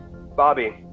Bobby